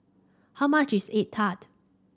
how much is egg tart